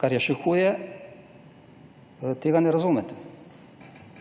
kar je še huje, tega ne razumete.